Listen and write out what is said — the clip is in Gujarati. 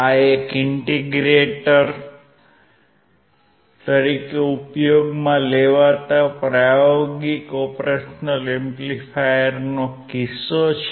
આ એક ઇન્ટિગ્રેટર તરીકે ઉપયોગમાં લેવાતા પ્રાયોગિક ઓપરેશનલ એમ્પ્લીફાયરનો કિસ્સો છે